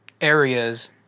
areas